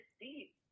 deep